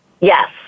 Yes